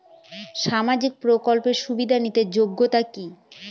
সামাজিক প্রকল্প সুবিধা নিতে যোগ্যতা কি?